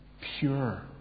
pure